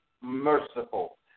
merciful